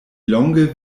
longe